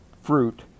fruit